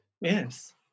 Yes